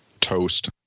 toast